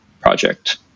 project